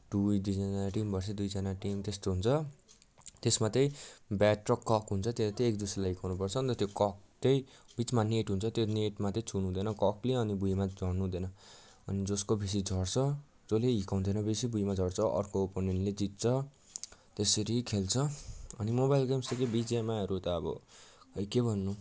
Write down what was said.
two दुईजना team versus दुईजना team त्यस्तो हुन्छ त्यसमा चाहिँ ब्याट र कक हुन्छ त्यसले चाहिँ एकदुसरालाई हिर्काउनु पर्छ अन्त त्यो कक चाहिँ बिचमा नेट हुन्छ त्यो नेटमा चाहिँ छुनु हुँदैन ककले अनि भुइँमा झर्नु हुँदैन अनि जसको बेसी झर्छ जसले हिर्काउँदैन बेसी भुइँमा झर्छ अर्को ओपिनियनले जित्छ त्यसरी खेल्छ अनि मोबाइल गेम्स चाहिँ बिजीएमआईहरू त अब खोई के भन्नु